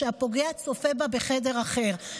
כשהפוגע צופה בה בחדר אחר,